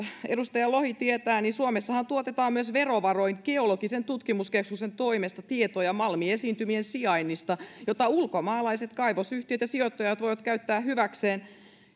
edustaja lohi tietää suomessahan tuotetaan myös verovaroin geologian tutkimuskeskuksen toimesta tietoja malmiesiintymien sijainneista mitä ulkomaalaiset kaivosyhtiöt ja sijoittajat voivat käyttää hyväkseen